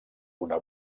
una